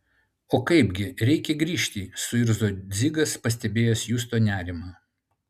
o kaipgi reikia grįžti suirzo dzigas pastebėjęs justo nerimą